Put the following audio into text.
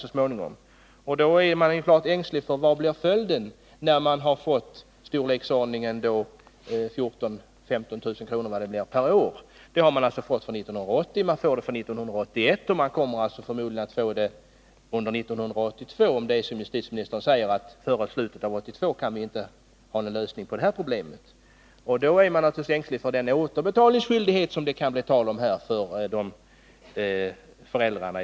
Det är klart att man då blir ängslig för vad som blir följden av att bidrag utbetalas i storleksordningen 14 000-15 000 kr. per år för 1980, 1981 och förmodligen även 1982, om det är som justitieministern säger, att detta problem inte kommer att lösas före slutet av 1982. Det blir naturligtvis då tal om återbetalningsskyldighet för föräldrarna.